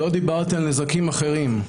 לא דיברתי על נזקים אחרים.